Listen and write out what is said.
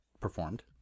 performed